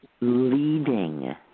leading